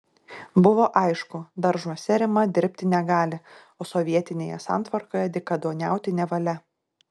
buvo aišku daržuose rima dirbti negali o sovietinėje santvarkoje dykaduoniauti nevalia